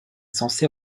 censé